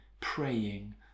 praying